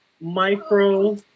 micro